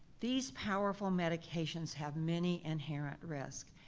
these powerful medications have many inherent risks,